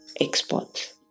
exports